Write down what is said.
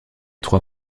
trois